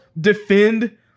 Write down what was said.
defend